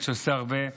שעושה באמת הרבה.